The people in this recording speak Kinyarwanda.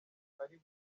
ari